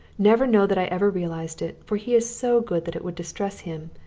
never know that i ever realised it, for he is so good that it would distress him.